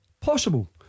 possible